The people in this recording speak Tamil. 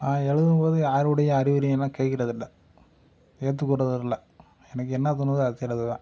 நான் எழுதும்போது யாருடைய அறிவுரையெல்லாம் கேட்குறதில்ல ஏற்றுக் கொள்றதும் இல்லை எனக்கு என்ன தோணுதோ அதைத்தேன் எழுதுவேன்